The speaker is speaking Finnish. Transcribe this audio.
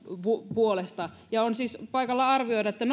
puolesta ja on siis paikallaan arvioida